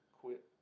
quit